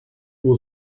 will